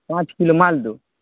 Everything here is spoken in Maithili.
पाँच किलो मालदहो